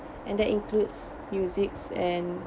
and that includes musics and